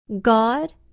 God